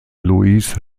louise